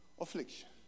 affliction